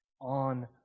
on